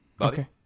Okay